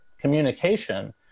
communication